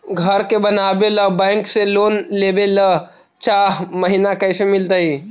घर बनावे ल बैंक से लोन लेवे ल चाह महिना कैसे मिलतई?